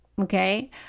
okay